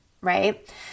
right